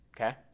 Okay